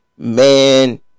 Man